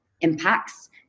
impacts